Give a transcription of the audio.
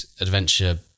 adventure